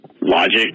logic